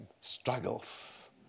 struggles